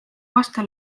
aasta